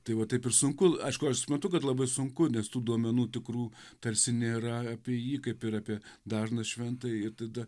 tai va taip ir sunku aišku aš suprantu kad labai sunku nes tų duomenų tikrų tarsi nėra apie jį kaip ir apie dažną šventąjį i tada